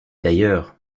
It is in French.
d’ailleurs